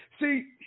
See